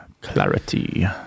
clarity